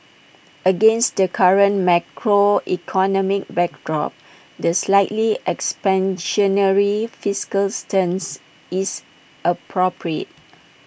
against the current macroeconomic backdrop the slightly expansionary fiscal stance is appropriate